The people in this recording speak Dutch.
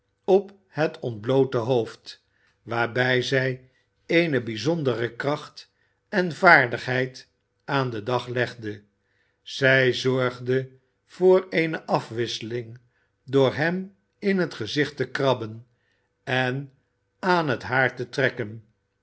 op het ontbloote hoofd waarbij zij eene bijzondere kracht en vaardigheid aan den dag legde zij zorgde voor eene afwisseling door hem in het gezicht te krabben en aan het haar te trekken